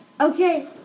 Okay